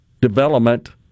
development